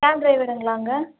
gap ட்ரைவருங்களாங்க